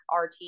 RT